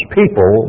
people